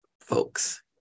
folks